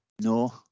no